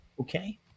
Okay